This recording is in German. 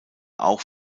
auch